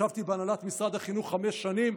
ישבתי בהנהלת משרד החינוך חמש שנים,